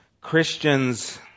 Christians